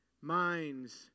minds